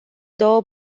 două